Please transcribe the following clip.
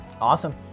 Awesome